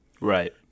Right